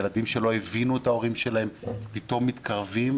ילדים שלא הבינו את ההורים שלהם פתאום מתקרבים,